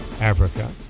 Africa